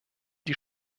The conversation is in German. die